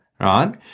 right